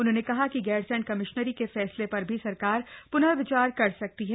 उन्होंने कहा कि गैरसैंण कमिश्नरी के फैसले पर भी सरकार प्नर्विचार कर सकती है